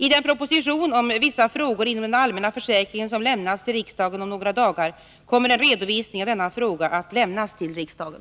I den proposition om vissa frågor inom den allmänna försäkringen som lämnas till riksdagen om några dagar kommer en redovisning av denna fråga att lämnas till riksdagen.